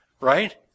right